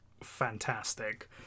fantastic